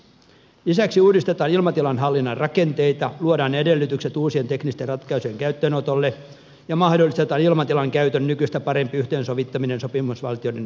lisäksi uudistetaan ilmatilanhallinnan rakenteita luodaan edellytykset uusien teknisten ratkaisujen käyttöönotolle ja mahdollistetaan ilmatilan käytön nykyistä parempi yhteensovittaminen sopimusvaltioiden välillä